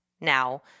now